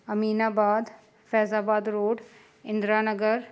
Aminabad Faizabad road Indiranagar